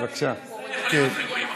אזרחי ישראל יכולים להיות רגועים עכשיו.